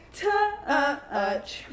touch